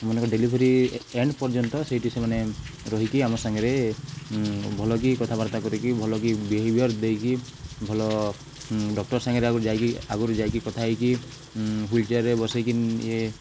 ମନେକର delivery end ପର୍ଯ୍ୟନ୍ତ ସେଇଠି ସେମାନେ ରହିକି ଆମ ସାଙ୍ଗରେ ଭଲ କି କଥାବାର୍ତ୍ତା କରିକି ଭଲ କି ବିହେଭିିଅର୍ ଦେଇକି ଭଲ ଡକ୍ଟର ସାଙ୍ଗରେ ଆଗୁରୁ ଯାଇକି ଆଗୁରୁ ଯାଇକି କଥା ହେଇକି ହ୍ୱିଲ୍ଚେୟାର୍ରେ ବସାଇକି ଇଏ